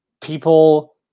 people